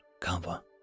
cover